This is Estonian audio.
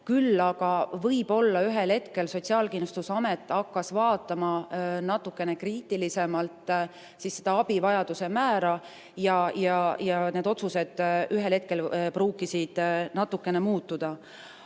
küll aga võib-olla ühel hetkel Sotsiaalkindlustusamet hakkas vaatama natukene kriitilisemalt seda abivajaduse määra ja need otsused võisid natukene muutuda.